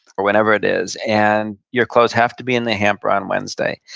or whenever it is, and your clothes have to be in the hamper on wednesday,